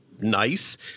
nice